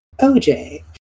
OJ